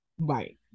Right